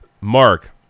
Mark